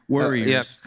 Warriors